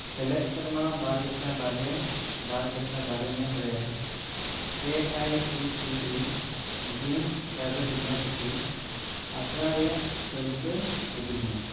ᱥᱮᱞᱮᱫ ᱥᱮᱨᱢᱟ ᱵᱟᱨᱜᱮᱥᱟᱭ ᱵᱟᱨᱜᱮ ᱵᱟᱨ ᱜᱮᱥᱟᱭ ᱵᱟᱨᱜᱮ ᱢᱤᱫ ᱨᱮ A I C T E deemed private university ᱟᱥᱲᱟ ᱨᱮᱭᱟᱜ ᱛᱟᱹᱞᱠᱟᱹ ᱩᱫᱩᱜᱽ ᱢᱮ